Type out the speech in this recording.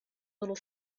little